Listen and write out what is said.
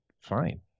fine